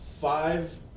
five